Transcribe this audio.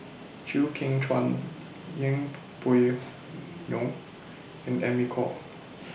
Chew Kheng Chuan Yeng Pway Ngon and Amy Khor